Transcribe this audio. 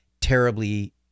terribly